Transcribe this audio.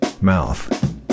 Mouth